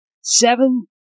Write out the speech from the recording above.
seven